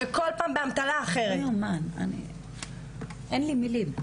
וכל פעם באמתלה אחרת, אין לי מילים.